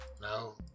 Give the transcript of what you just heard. No